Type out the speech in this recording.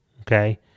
Okay